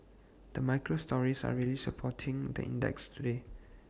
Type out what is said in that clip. the micro stories are really supporting the index today